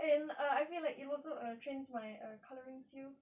and I I feel like it also trains my uh colouring skills